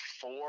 four